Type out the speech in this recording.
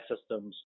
systems